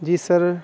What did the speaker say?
جی سر